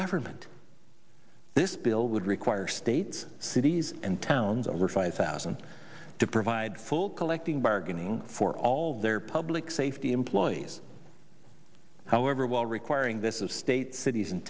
government this bill would require states these and towns over five thousand to provide full collecting bargaining for all their public safety employees however while requiring this is states cities and